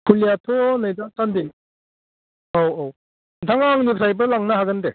फुलिआथ' नै दासान्दि औ औ नोंथाङा आंनिफ्रायबो लांनो हागोन दे